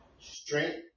strength